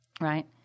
right